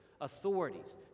authorities